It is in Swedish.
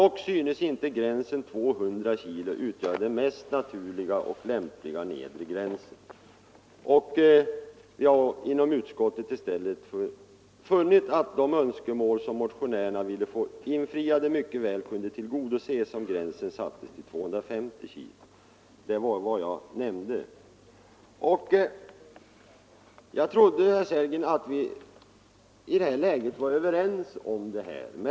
Dock synes inte gränsen 200 kg utgöra den mest naturliga och lämpliga nedre gränsen. Vi har inom utskottet i stället funnit att de önskemål som motionärerna ville få infriade mycket väl kunde tillgodoses om gränsen sattes till 250 kg. Det var vad jag sade. Jag trodde, herr Sellgren, att vi var överens om detta.